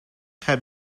had